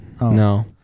No